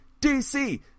DC